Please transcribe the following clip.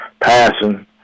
passing